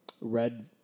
Red